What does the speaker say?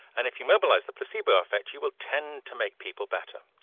and if you mobilise the placebo effect, you will tend to make people better.